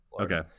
Okay